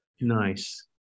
Nice